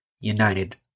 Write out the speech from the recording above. United